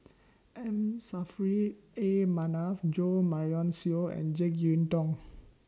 M Saffri A Manaf Jo Marion Seow and Jek Yeun Thong